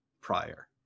prior